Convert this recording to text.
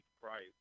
Price